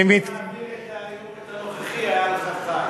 אם היית מעביר היום את הנוכחי, היה לך ח"י.